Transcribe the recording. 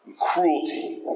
cruelty